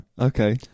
Okay